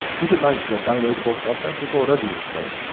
keep in mind that downloadable content is already installed.